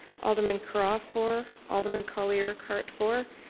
alderman curragh, four. alderman colley-urqhart, four,